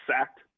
sacked